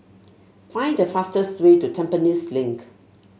find the fastest way to Tampines Link